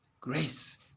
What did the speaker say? grace